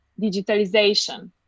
digitalization